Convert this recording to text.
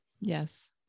Yes